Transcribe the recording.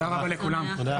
הישיבה ננעלה בשעה